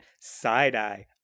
side-eye